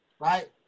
right